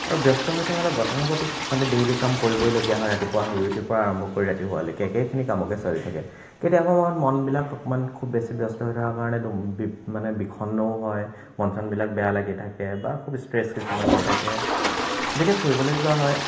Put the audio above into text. আৰু ব্যস্ত হৈ থকাৰ গতানুগতিক মানে ডেইলী কাম কৰিবইলগীয়া হয় ৰাতিপুৱা শুই উঠিৰ পৰা আৰম্ভ কৰি ৰাতি শুৱালৈকে একেখিনি কামকে চলি থাকে তেতিয়াবা সময়ত মনবিলাক অকণমান খুব বেছি ব্যস্ত হৈ থকাৰ কাৰণে দু বিপ মানে বিষণ্ণও হয় মন চনবিলাক বেয়া লাগি থাকে বা খুব ইষ্ট্ৰেছ কিছুমান হৈ থাকে যেতিয়া ফুৰিবলৈ যোৱা হয়